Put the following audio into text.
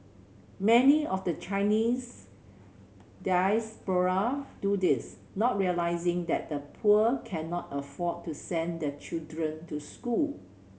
many of the Chinese diaspora do this not realising that the poor cannot afford to send their children to school